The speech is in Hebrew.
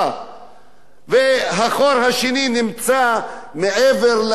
והחור השני נמצא מעבר ל"קו הירוק",